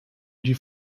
die